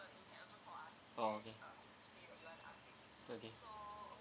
oh okay okay